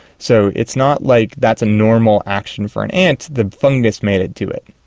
so it's not like that's a normal action for an ant, the fungus made it do it.